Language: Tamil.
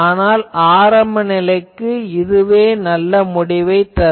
ஆனால் ஆரம்ப நிலைக்கு இது நல்ல முடிவைத் தரும்